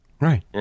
Right